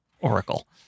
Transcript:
Oracle